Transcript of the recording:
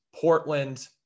Portland